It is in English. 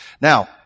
Now